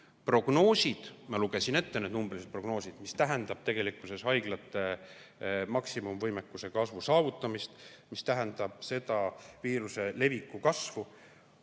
hakkab. Ma lugesin ette numbrilised prognoosid, mis tähendavad tegelikkuses haiglate maksimumvõimekuse kasvu saavutamist, mis tähendavad viiruse leviku kasvu.